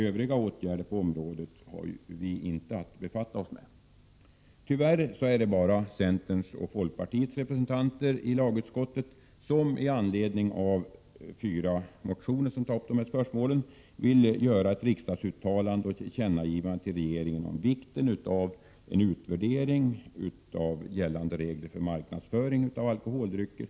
Övriga åtgärder på området har vi inte att befatta oss med. Tyvärr är det bara centerns och folkpartiets representanter i lagutskottet som i anledning av fyra motioner där de här spörsmålen tas upp vill att riksdagen skall göra ett uttalande, riktat till regeringen, om vikten av en utvärdering av gällande regler för marknadsföring av alkoholdrycker.